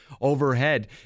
overhead